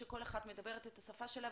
שכל אחת מדברת את השפה שלה,